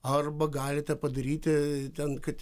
arba galite padaryti ten kad